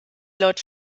laut